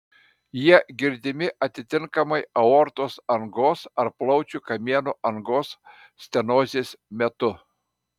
jie girdimi atitinkamai aortos angos ar plaučių kamieno angos stenozės metu